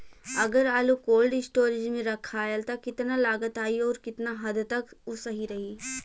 अगर आलू cold storage में रखायल त कितना लागत आई अउर कितना हद तक उ सही रही?